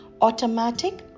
automatic